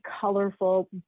colorful